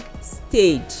stage